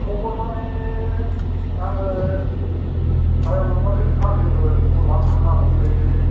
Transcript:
खबर मानि आङो आयं नोंनावसो साख्रिफोर खबर लानो थांनो नागिरदोंमोनलै